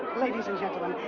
ladies and gentlemen,